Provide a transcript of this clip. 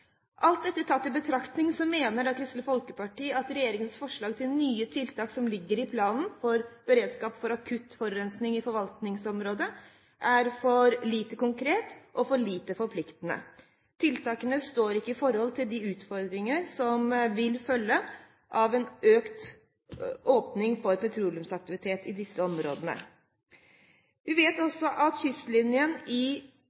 Alt dette tatt i betraktning mener Kristelig Folkeparti at regjeringens forslag til nye tiltak som ligger i planen for beredskap mot akutt forurensing i forvaltningsområdet, er for lite konkret og for lite forpliktende. Tiltakene står ikke i forhold til de utfordringer som vil følge av åpning for økt petroleumsaktivitet i disse områdene. Vi vet også at kystlinjen i